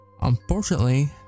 Unfortunately